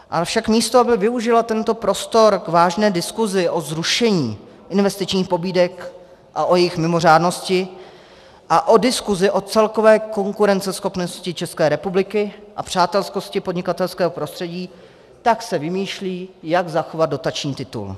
Ale však místo aby využila tento prostor k vážné diskusi o zrušení investičních pobídek a o jejich mimořádnosti a o diskusi o celkové konkurenceschopnosti České republiky a přátelskosti podnikatelského prostředí, tak se vymýšlí, jak zachovat dotační titul.